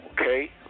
Okay